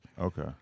Okay